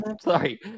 Sorry